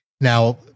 Now